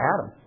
Adam